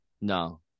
No